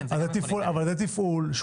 זה תפעול שהוא